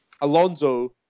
Alonso